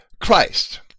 Christ